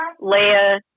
Leia